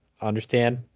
understand